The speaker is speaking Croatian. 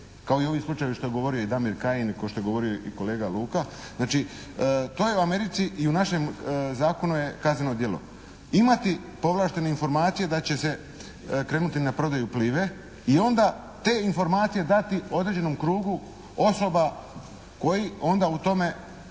kao i ovi slučajevi što je govorio i Damir Kajin, kao što je govorio i kolega Luka. Znači to je u Americi i u našem zakonu je kazneno djelo. Imati povlaštene informacije da će se krenuti na prodaju "Plive" i onda te informacije dati određenom krugu osoba koji onda u tome